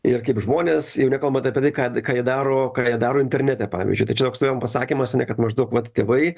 ir kaip žmonės jau nekalbant apie tai ką ką jie daro ką jie daro internete pavyzdžiui tai čia toks pasakymas ane kad maždaug vat tėvai